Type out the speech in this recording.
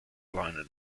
liner